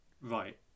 Right